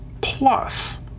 plus